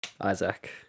Isaac